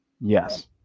yes